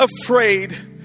afraid